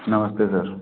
नमस्ते सर